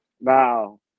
now